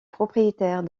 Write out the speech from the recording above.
propriétaire